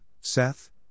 Seth